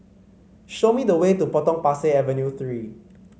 show me the way to Potong Pasir Avenue Three